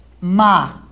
Ma